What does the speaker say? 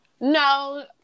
No